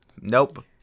Nope